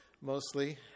mostly